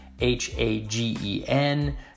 H-A-G-E-N